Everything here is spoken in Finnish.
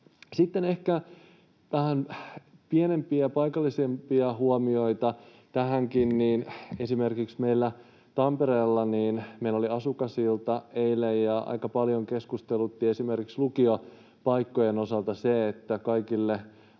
Sitten ehkä vähän pienempiä ja paikallisempia huomioita tähänkin: Esimerkiksi meillä Tampereella oli asukasilta eilen, ja aika paljon keskustelutti esimerkiksi lukiopaikkojen osalta se, että kaikille